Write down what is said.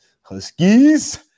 Huskies